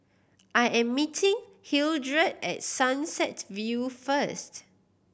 I am meeting Hildred at Sunset View first